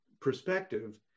perspective